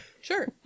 Sure